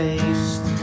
Taste